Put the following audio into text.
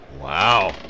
Wow